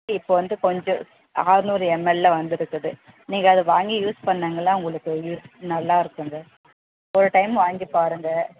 இப்போது வந்து கொஞ்சம் ஆற்நூறு எம்எல்ல வந்திருக்குது நீங்கள் அதை வாங்கி யூஸ் பண்ணுங்களேன் உங்களுக்கு இ நல்லாயிருக்குதுங்க ஒரு டைம் வாங்கி பாருங்கள்